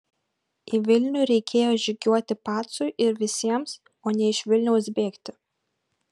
į vilnių reikėjo žygiuoti pacui ir visiems o ne iš vilniaus bėgti